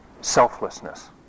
selflessness